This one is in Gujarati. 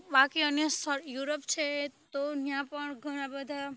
બાકી અન્ય સ્થળ યુરોપ છે તો ત્યાં પણ ઘણાં બધાં